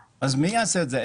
מי יעשה את זה?